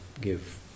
give